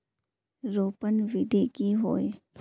रोपण विधि की होय?